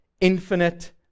infinite